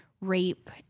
rape